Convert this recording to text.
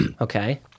Okay